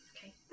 Okay